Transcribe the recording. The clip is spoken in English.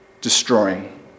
destroying